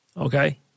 okay